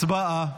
הצבעה.